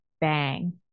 bang